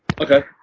Okay